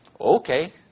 Okay